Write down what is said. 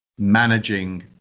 Managing